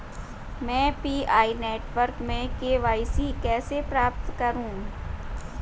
मैं PI network में KYC कैसे प्राप्त करूँ?